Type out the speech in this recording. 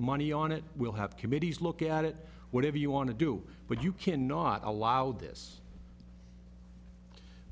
money on it we'll have committees look at it whatever you want to do but you cannot allow this